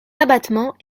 abattement